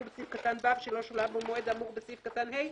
בסעיף קטן (ו) שלא שולם במועד האמור בסעיף קטן (ה),